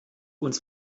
uns